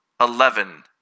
eleven